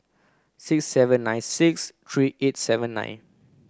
six seven nine six three eight seven nine